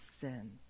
sin